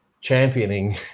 championing